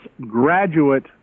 graduate